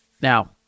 Now